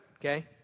okay